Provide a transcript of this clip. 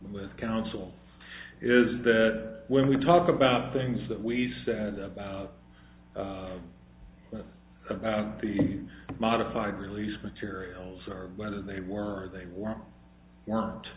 with counsel is that when we talk about things that we said about about the modified release materials are whether they were or they weren't weren't